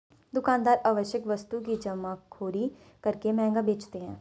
दुकानदार आवश्यक वस्तु की जमाखोरी करके महंगा बेचते है